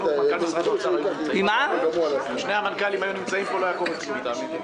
ומנכ"ל משרד האוצר היו נמצאים כאן.